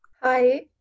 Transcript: Hi